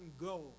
go